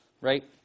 right